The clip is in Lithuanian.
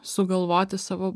sugalvoti savo